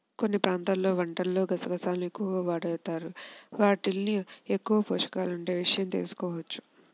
కొన్ని ప్రాంతాల్లో వంటల్లో గసగసాలను ఎక్కువగా వాడరు, యీటిల్లో ఎక్కువ పోషకాలుండే విషయం తెలియకపోవచ్చు